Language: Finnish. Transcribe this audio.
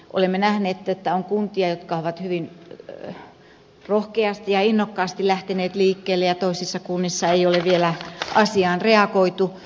olemme nähneet että on kuntia jotka ovat hyvin rohkeasti ja innokkaasti lähteneet liikkeelle ja toisissa kunnissa ei ole vielä asiaan reagoitu